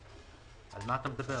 על מה אתה מדבר?